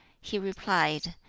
he replied,